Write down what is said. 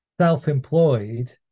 self-employed